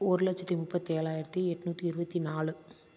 ஒரு லட்சத்தி முப்பத்தேழாயிரத்தி எண்ணூத்தி இருபத்தி நாலு